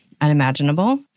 unimaginable